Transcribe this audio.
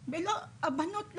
הבנות.